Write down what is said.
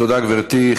תודה, גברתי.